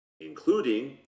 including